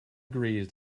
agrees